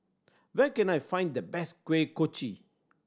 where can I find the best Kuih Kochi